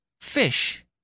Fish